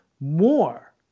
more